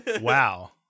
wow